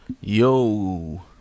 yo